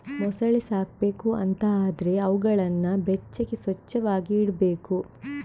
ಮೊಸಳೆ ಸಾಕ್ಬೇಕು ಅಂತ ಆದ್ರೆ ಅವುಗಳನ್ನ ಬೆಚ್ಚಗೆ, ಸ್ವಚ್ಚವಾಗಿ ಇಡ್ಬೇಕು